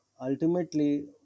ultimately